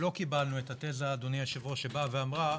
קיבלנו את התזה, אדוני היושב-ראש, שבאה ואמרה: